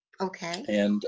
Okay